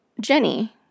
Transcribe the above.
Jenny